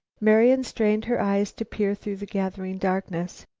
marian strained her eyes to peer through the gathering darkness.